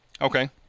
Okay